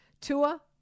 Tua